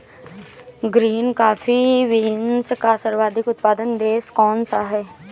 Green coffee beans का सर्वाधिक उत्पादक देश कौन सा है?